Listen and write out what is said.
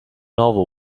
novel